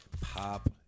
pop